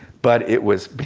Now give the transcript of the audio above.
but it was,